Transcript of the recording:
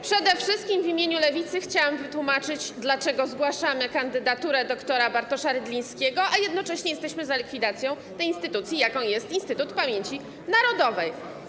Przede wszystkim w imieniu Lewicy chciałam wytłumaczyć, dlaczego zgłaszamy kandydaturę dr. Bartosza Rydlińskiego, a jednocześnie jesteśmy za likwidacją instytucji, jaką jest Instytut Pamięci Narodowej.